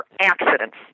accidents